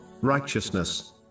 Righteousness